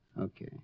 Okay